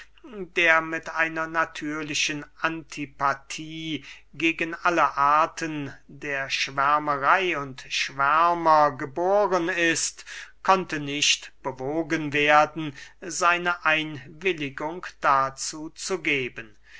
der mit einer natürlichen antipathie gegen alle arten der schwärmerey und schwärmer geboren ist konnte nicht bewogen werden seine einwilligung dazu zu geben